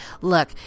Look